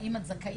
"האם את זכאית",